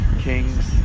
Kings